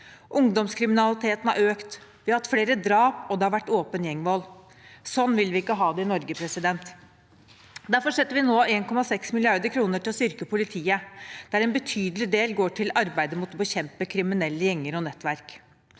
Ungdomskriminaliteten har økt. Vi har hatt flere drap, og det har vært åpen gjengvold. Sånn vil vi ikke ha det i Norge. Derfor setter vi nå av 1,6 mrd. kr til å styrke politiet, der en betydelig del går til arbeidet med å bekjempe kriminelle gjenger og nettverk.